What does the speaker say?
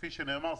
כפי שנאמר,